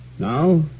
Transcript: Now